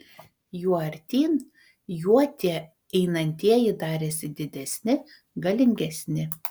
juo artyn juo tie einantieji darėsi didesni galingesni